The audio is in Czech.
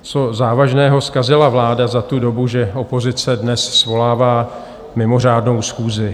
Co závažného zkazila vláda za tu dobu, že opozice dnes svolává mimořádnou schůzi?